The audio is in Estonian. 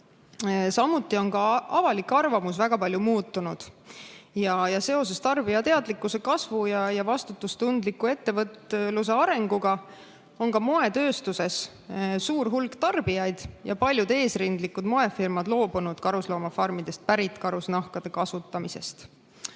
Samuti on avalik arvamus väga palju muutunud. Tarbijate teadlikkuse kasvu ja vastutustundliku ettevõtluse arenguga on ka moetööstuses suur hulk tarbijaid ja paljud eesrindlikud moefirmad loobunud karusloomafarmidest pärit karusnahkade kasutamisest.